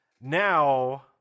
now